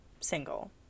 single